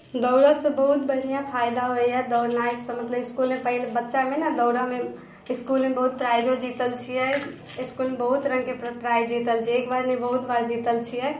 दौड़यसँ बहुत बढ़िआँ फायदा होइए दौड़नाइसँ मतलब इसकुलमे पहिले ने बच्चामे ने दौड़यमे इसकुलमे बहुत प्राइजो जीतल छियै इसकुलमे बहुत रङ्गके प्रा प्राइज जीतल छियै एक बार नहि बहुत बार जीतल छियै